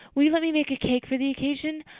will you let me make a cake for the occasion?